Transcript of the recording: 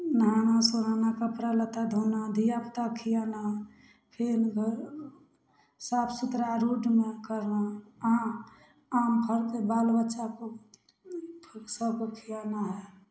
नहाना सोना कपड़ा लत्ता धोना धियापुता खियाना फिर घर साफ सुथरा रोडमे करना आ आम फड़तै बाल बच्चा सभके खियाना हइ